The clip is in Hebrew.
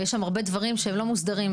ויש שם הרבה דברים שהם לא מוסדרים,